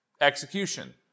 execution